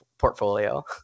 portfolio